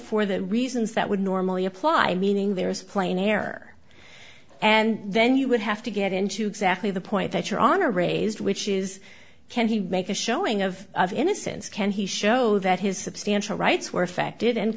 for the reasons that would normally apply meaning there is plain error and then you would have to get into exactly the point that your honor raised which is can he make a showing of innocence can he show that his substantial rights were affected and